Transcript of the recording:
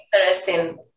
interesting